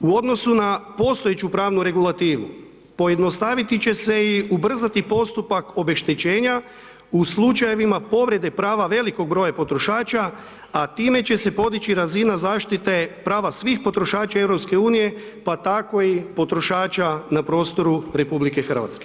U odnosu na postojeću pravnu regulativu, pojednostaviti će se i ubrzati postupak obeštećenja u slučajevima povrede prava velikog broja potrošača, a time će se podići razina zaštite prava svih potrošača EU pa tako i potrošača na prostoru RH.